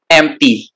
empty